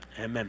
Amen